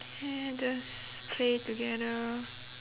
and just play together